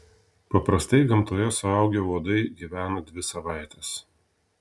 paprastai gamtoje suaugę uodai gyvena dvi savaites